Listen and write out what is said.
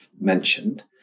mentioned